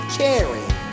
caring